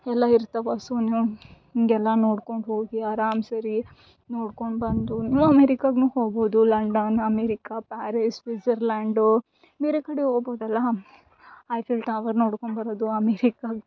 ಎಲ್ಲ ಇರ್ತಾವೆ ಸೋ ನಾವು ಹೀಗೆಲ್ಲ ನೋಡ್ಕೊಂಡು ಹೋಗಿ ಆರಾಮ್ಸೆ ರೀ ನೋಡ್ಕೊಂಡು ಬಂದು ಇಲ್ಲ ಅಮೇರಿಕಾಗೂ ಹೋಗ್ಬೋದು ಲಂಡನ್ ಅಮೇರಿಕ ಪ್ಯಾರೀಸ್ ಸ್ವಿಜರ್ಲ್ಯಾಂಡು ಬೇರೆ ಕಡೆ ಹೋಗ್ಬೋದಲ್ಲ ಐಫೆಲ್ ಟವರ್ ನೋಡ್ಕೊಂಬರೋದು ಅಮೇರಿಕಾಗೆ